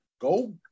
go